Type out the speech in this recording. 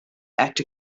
actor